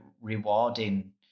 rewarding